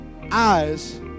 eyes